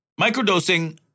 Microdosing